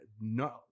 no